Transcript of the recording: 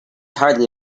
hardly